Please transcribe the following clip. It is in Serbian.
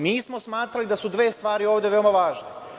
Mi smo smatrali da su dve stvari ovde veoma važne.